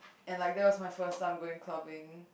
and that was my first time going clubbing